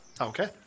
Okay